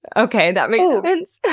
okay, that makes sense.